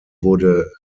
wurde